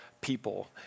people